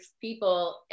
people